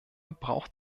braucht